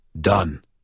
Done